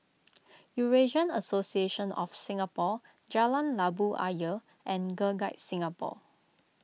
Eurasian Association of Singapore Jalan Labu Ayer and Girl Guides Singapore